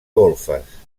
golfes